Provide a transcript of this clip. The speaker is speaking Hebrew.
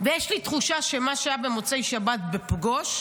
ויש לי תחושה שמה שהיה במוצאי שבת בפגוש,